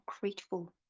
grateful